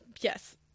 Yes